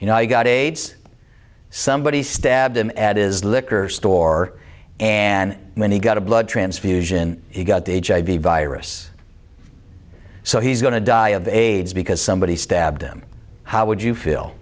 you know i got aids somebody stabbed him at is liquor store and when he got a blood transfusion he got the hiv virus so he's going to die of aids because somebody stabbed him how would you